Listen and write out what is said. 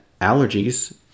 allergies